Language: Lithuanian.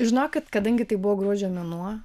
žinokit kadangi tai buvo gruodžio mėnuo